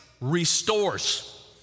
restores